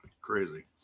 Crazy